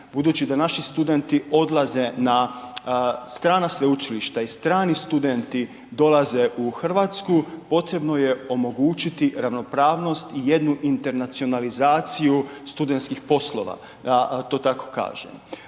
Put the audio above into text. budući da naši studenti odlaze na strana sveučilišta i strani studenti dolaze u Hrvatsku potrebno je omogućiti ravnopravnost i jednu internacionalizaciju studentskih poslova, da to tako kažem.